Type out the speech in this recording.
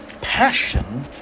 passion